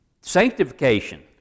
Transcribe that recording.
Sanctification